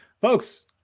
folks